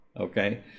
Okay